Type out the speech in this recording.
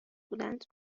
بودند